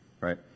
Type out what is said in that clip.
right